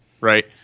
right